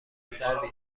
بیاره